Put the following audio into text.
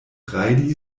rajdi